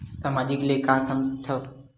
सामाजिक ले का समझ थाव?